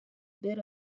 bit